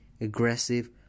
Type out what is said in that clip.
aggressive